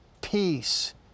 peace